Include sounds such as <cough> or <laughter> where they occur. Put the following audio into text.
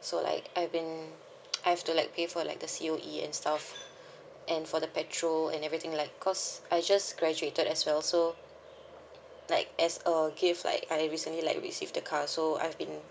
so like I've been <noise> I have to like pay for like C_O_E and stuff and for the petrol and everything like cause I just graduated as well so like as a gift like I recently like receive the car so I've been